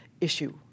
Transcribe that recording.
issue